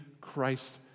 Christ